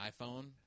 iPhone